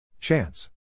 Chance